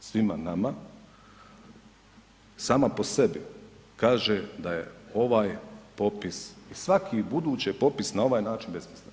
svima nama sama po sebi kaže da je ovaj popis i svaki budući popis na ovaj način besmislen.